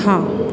હા